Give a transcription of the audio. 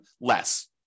less